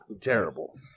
terrible